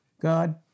God